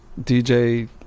DJ